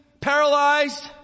paralyzed